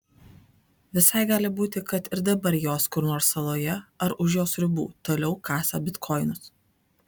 visai gali būti kad ir dabar jos kur nors saloje ar už jos ribų toliau kasa bitkoinus